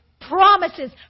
promises